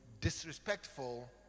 disrespectful